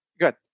good